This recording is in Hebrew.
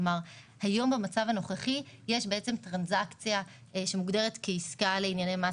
היום יש טרנזקציה שמוגדרת כעסקה לענייני מס